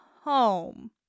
home